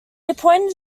appointed